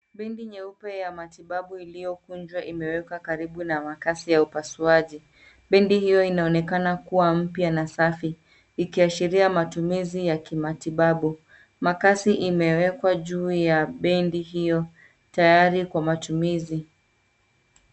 Bendi nyeupe ya matibabu iliyokunjwa imewekwa karibu na makasi ya upasuaji. Bendi hiyo inaonekana kuwa mpya na safi, ikiashiria matumizi ya kimatibabu. Makasi imewekwa juu ya bendi hiyo tayari kwa matumizi.